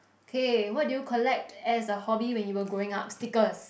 K what do you collect as a hobby when you were growing up stickers